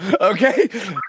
okay